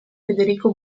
federico